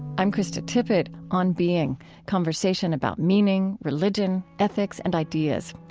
i'm krista tippett, on being conversation about meaning, religion, ethics, and ideas.